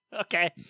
okay